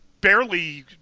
barely